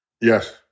Yes